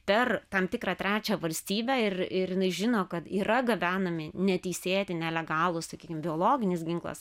per tam tikrą trečią valstybę ir ir jinai žino kad yra gabenami neteisėti nelegalūs sakykim biologinis ginklas